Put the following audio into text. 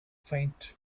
faint